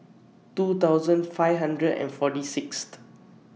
two thousand five hundred and forty Sixth